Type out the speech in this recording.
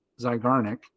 Zygarnik